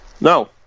No